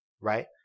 right